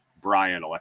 Brian